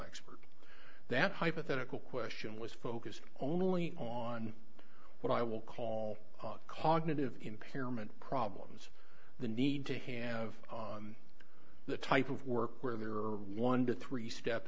expert that hypothetical question was focused only on what i will call cognitive impairment problems the need to have the type of work where there are one to three step